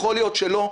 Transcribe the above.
יכול להיות שלא,